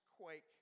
quake